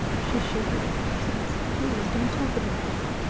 she shivered. please, please don't talk about that,